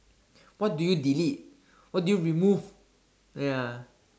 what do you delete what do you remove ya